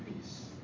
peace